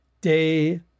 day